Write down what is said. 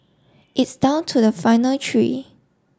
it's down to the final three